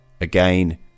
again